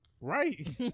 Right